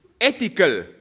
ethical